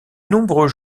nombreux